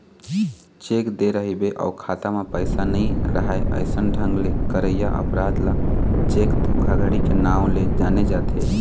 cheque दे रहिबे अउ खाता म पइसा नइ राहय अइसन ढंग ले करइया अपराध ल चेक धोखाघड़ी के नांव ले जाने जाथे